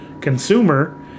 consumer